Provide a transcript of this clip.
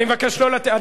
אני מבקש לא להפריע.